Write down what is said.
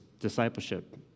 discipleship